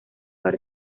par